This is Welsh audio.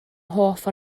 hoff